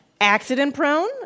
Accident-prone